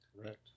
Correct